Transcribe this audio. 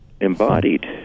embodied